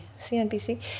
CNBC